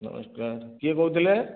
ନମସ୍କାର କିଏ କହୁଥିଲେ